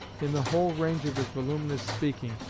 in the whole range of his voluminous speaking,